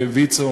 ויצו,